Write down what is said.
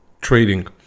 trading